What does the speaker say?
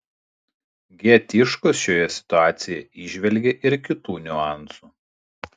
g tiškus šioje situacijoje įžvelgė ir kitų niuansų